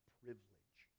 privilege